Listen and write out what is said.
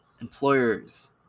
Employers